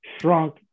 shrunk